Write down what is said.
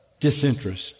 disinterest